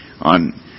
on